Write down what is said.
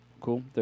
Cool